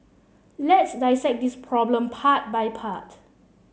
let's dissect this problem part by part